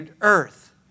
earth